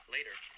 later